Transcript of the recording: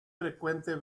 frecuente